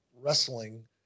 wrestling